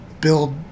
Build